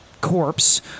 corpse